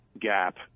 gap